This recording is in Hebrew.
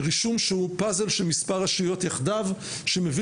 רישום שהוא פאזל של מספר רשויות יחדיו שמביא